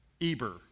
Eber